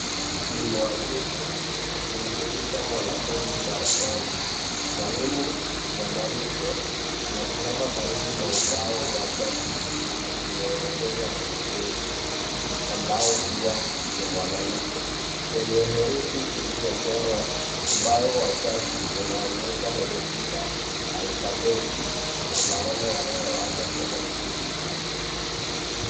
Ni mwalimu, akimfundisha mwanafunzi darasani, mwalimu mwanamke, anasimama karibu na ubao wa chaki, huku akimwelekeza mwanafunzi, ambaye pia ni mwanamke. Kwenye herufi zilizochorwa, ubao wa chaki unaonyesha herufi za alfabeti na maneno yanayoanza kwa herufi hizo.